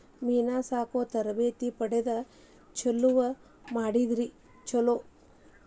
ಮೇನಾ ಸಾಕು ತರಬೇತಿ ಪಡದ ಚಲುವ ಮಾಡಿದ್ರ ಚುಲೊ